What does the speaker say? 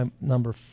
number